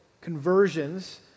conversions